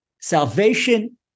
salvation